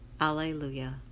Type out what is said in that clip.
Alleluia